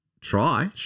try